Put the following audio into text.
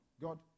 God